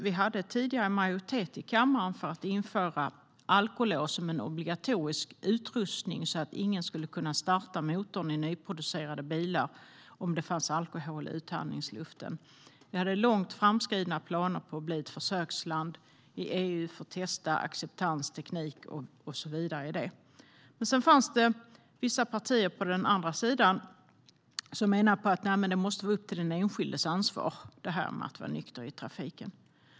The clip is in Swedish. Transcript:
Det fanns tidigare majoritet i kammaren för att införa alkolås som en obligatorisk utrustning så att ingen skulle kunna starta motorn i nyproducerade bilar om det fanns alkohol i utandningsluften. Det fanns långt framskridna planer på att Sverige skulle bli ett försöksland i EU för att testa acceptans och teknik. Sedan fanns vissa partier på den andra sidan som menade på att det måste vara den enskildes ansvar att vara nykter i trafiken.